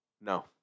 No